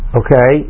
okay